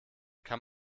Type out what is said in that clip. kann